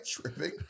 tripping